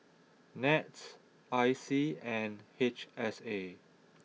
nets I C and H S A